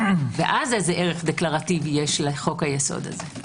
ואז איזה ערך דקלרטיבי יש לחוק היסוד הזה?